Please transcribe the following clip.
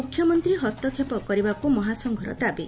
ମୁଖ୍ୟମନ୍ତୀ ହସ୍ତକ୍ଷେପ କରିବାକୁ ମହାସଂଘର ଦାବି